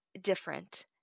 different